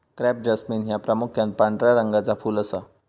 crape jasmine ह्या प्रामुख्यान पांढऱ्या रंगाचा फुल असा